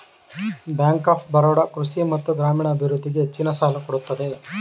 bank of Baroda ಕೃಷಿ ಮತ್ತು ಗ್ರಾಮೀಣ ಅಭಿವೃದ್ಧಿಗೆ ಹೆಚ್ಚಿನ ಸಾಲ ಕೊಡುತ್ತದೆ